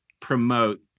promote